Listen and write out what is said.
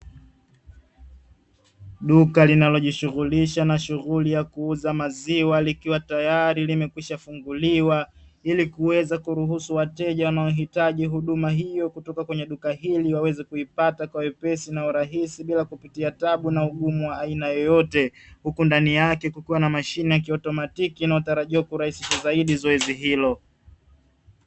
Duka linalojihusisha na shughuli ya kuuza maziwa likiwa tayari limekwishafunguliwa ili kuweza kuruhusu wateja wanaohitaji huduma hiyo kutoka kwenye duka hili waweze kuipata kwa wepesi na urahisi bila kupitia tabu na ugumu wa aina yoyote, huku ndani yake kukiwa na mashine ya kiautomatiki inayotarajiwa kurahisisha zaidi zoezi hilo.